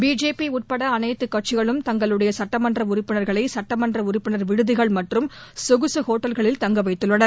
BJP உட்பட அனைத்து கட்சிகளும் தங்களுடைய சட்டமன்ற உறுப்பினர்களை சட்டமன்ற உறுப்பினர் விடுதிகள் மற்றும் கொகுசு ஹோட்டல்களில் தங்கவைத்துள்ளனர்